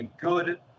good